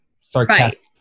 sarcastic